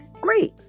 Great